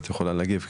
את יכולה להגיב,